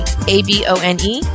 A-B-O-N-E